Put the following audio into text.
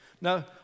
Now